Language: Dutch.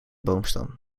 boomstam